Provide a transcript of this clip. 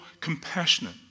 compassionate